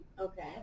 Okay